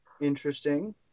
Interesting